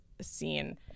scene